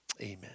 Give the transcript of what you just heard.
amen